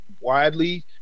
widely